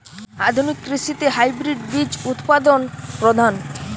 আধুনিক কৃষিতে হাইব্রিড বীজ উৎপাদন প্রধান